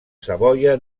savoia